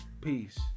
Peace